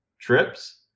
trips